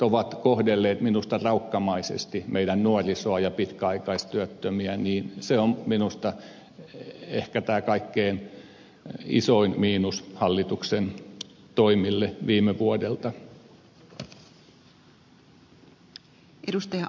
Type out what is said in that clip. on kohdeltu minusta raukkamaisesti meidän nuorisoamme ja pitkäaikaistyöttömiämme ja se on minusta ehkä tämä kaikkein isoin miinus hallituksen toimille viime vuodelta